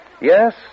Yes